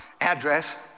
address